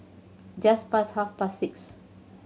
just past half past six